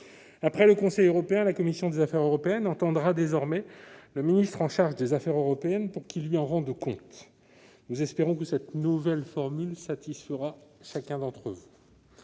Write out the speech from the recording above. Après le Conseil européen, la commission des affaires européennes entendra désormais le ministre chargé des affaires européennes pour qu'il lui en rende compte. Nous espérons que cette nouvelle formule satisfera chacun d'entre vous.